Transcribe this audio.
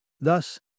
Thus